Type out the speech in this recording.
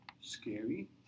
scary